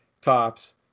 Tops